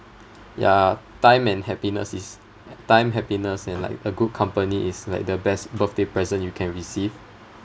ya time and happiness is time happiness and like the good company is like the best birthday present you can receive